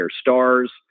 STARS